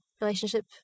relationship